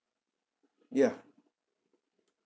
ya